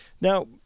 Now